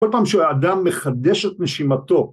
כל פעם שהאדם מחדש את נשימתו